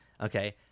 Okay